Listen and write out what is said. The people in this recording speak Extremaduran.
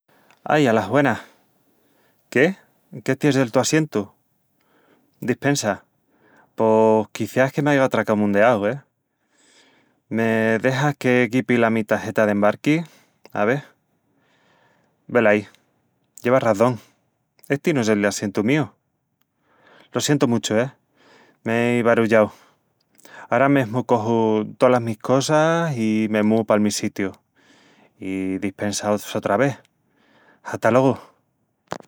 Ai, alas güenas. Qué? Qu'esti es el tu assientu? Dispensa, pos quiciás que m'aiga tracamundeau, e... Me dexas que guipi la mi tageta d'embarqui... ave... Velaí, llevas razón... esti no es el assientu míu. Lo sientu muchu, e. M''ei barullau... Ara mesmu coju tolas mis cosas i me múu pal mi sitiu. I dispensa sotra vés. Hat'alogu!